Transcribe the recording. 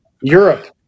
Europe